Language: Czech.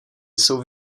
jsou